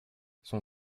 son